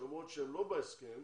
שלמרות שהם לא בהסכם,